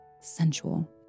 sensual